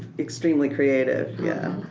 extremely creative, yeah.